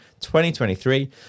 2023